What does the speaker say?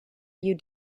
you